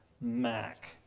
Mac